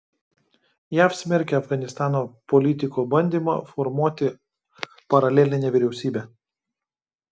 jav smerkia afganistano politiko bandymą formuoti paralelinę vyriausybę